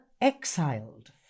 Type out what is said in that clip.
exiled